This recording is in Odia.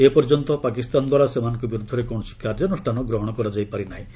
ଏପର୍ଯ୍ୟନ୍ତ ପାକିସ୍ତାନଦ୍ୱାରା ସେମାନଙ୍କ ବିରୁଦ୍ଧରେ କୌଣସି କାର୍ଯ୍ୟାନୁଷ୍ଠାନ ଗ୍ରହଣ କରାଯାଇ ନାହିଁ